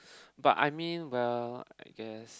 but I mean well I guess